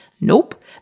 Nope